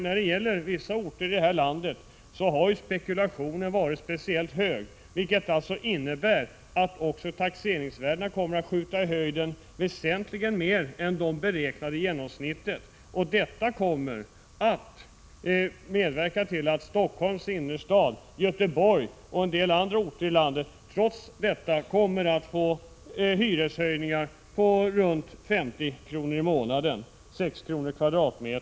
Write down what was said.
När det gäller vissa orter i landet har spekulationen varit speciellt stor, vilket innebär att taxeringsvärdena också kommer att skjuta i höjden väsentligt mer än det beräknade genomsnittet. Detta kommer att medverka till att Stockholms innerstad, Göteborg och en del andra orter i landet trots detta kommer att få hyreshöjningar på runt 50 kr. i månaden. En höjning med 6 kr.